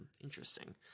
interesting